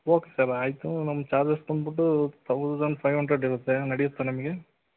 okay sir ಆಯಿತು ನಮ್ಮ charges ಬಂದುಬಿಟ್ಟು ಥೌಸಂಡ್ ಫೈವ್ ಹಂಡ್ರೆಡ್ ಇರುತ್ತೆ ನಡೆಯುತ್ತಾ ನಿಮಗೆ